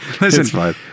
listen